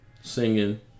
singing